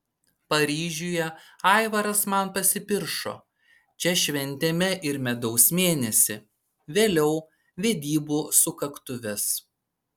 paryžiuje aivaras man pasipiršo čia šventėme ir medaus mėnesį vėliau vedybų sukaktuves